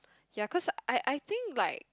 ya cause I I think like